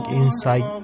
inside